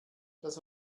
das